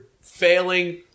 failing